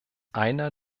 einer